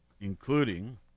including